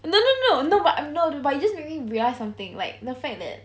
no no no no but I'm not but you just made me realise something like the fact that